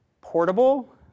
portable